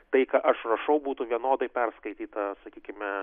tai ką aš rašau būtų vienodai perskaityta sakykime